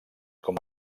com